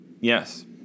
yes